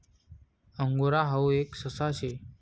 angora हाऊ एक ससा शे